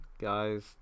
guys